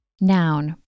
Noun